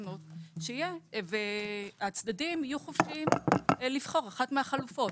בתקנות והצדדים יהיו חופשיים לבחור אחת מהחלופות,